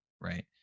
right